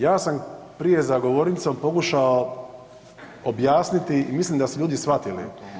Ja sam prije za govornicom pokušao objasniti i mislim da su ljudi shvatili.